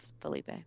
Felipe